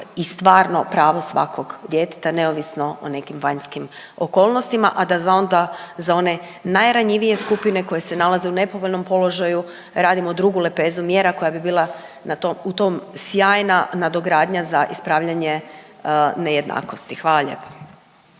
i stvarno pravo svakog djeteta, neovisno o nekim vanjskim okolnostima, a da za onda za one najranjivije skupine koje se nalaze u nepovoljnom položaju radimo drugu lepezu mjera koja bi bila na tom, u tom sjajna nadogradnja za ispravljanje nejednakosti. Hvala lijepa.